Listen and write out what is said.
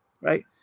right